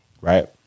right